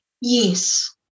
Yes